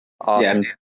Awesome